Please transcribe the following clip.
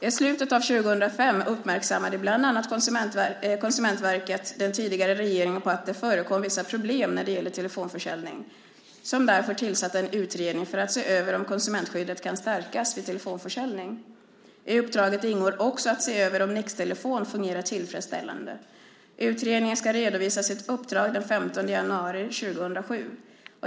I slutet av år 2005 gjorde bland annat Konsumentverket den tidigare regeringen uppmärksam på att det förekom vissa problem när det gäller telefonförsäljning, vilken därför tillsatte en utredning för att se över om konsumentskyddet kan stärkas vid telefonförsäljning . I uppdraget ingår också att se över om Nix-Telefon fungerar tillfredsställande. Utredningen ska redovisa sitt uppdrag den 15 januari 2007.